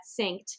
synced